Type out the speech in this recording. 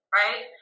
right